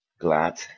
Glad